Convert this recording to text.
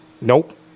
nope